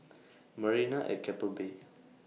Marina At Keppel Bay